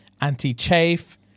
anti-chafe